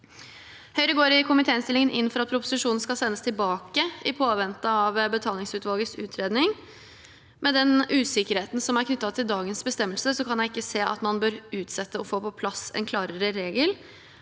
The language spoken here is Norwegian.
Høyre går i komitéinnstillingen inn for at proposisjonen skal sendes tilbake i påvente av betalingsutvalgets utredning. Med den usikkerheten som er knyttet til dagens bestemmelse, kan jeg ikke se at man bør utsette å få på plass en klarere regel.